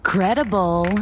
Credible